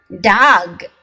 Dog